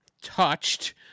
touched